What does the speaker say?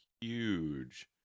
huge